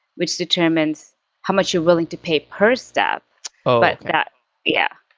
which determines how much you're willing to pay per step, but that yeah.